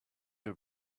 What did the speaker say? her